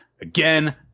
Again